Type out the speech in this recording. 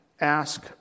ask